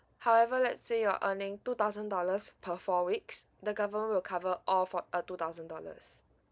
however let's say you're earning two thousand dollars per four weeks the government will cover all for uh two thousand dollars